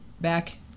back